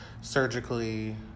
surgically